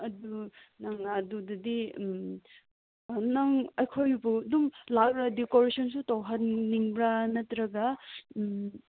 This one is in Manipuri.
ꯑꯗꯨ ꯅꯪ ꯑꯗꯨꯗꯗꯤ ꯎꯝ ꯅꯪ ꯑꯩꯈꯣꯏꯕꯨ ꯑꯗꯨꯝ ꯂꯥꯛꯂꯒ ꯗꯤꯀꯣꯔꯦꯁꯟꯁꯨ ꯇꯧꯍꯟꯅꯤꯡꯕ꯭ꯔꯥ ꯅꯠꯇ꯭ꯔꯒ ꯎꯝ